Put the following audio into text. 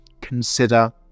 consider